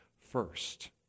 first